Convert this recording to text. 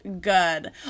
good